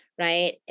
right